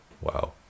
Wow